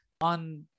on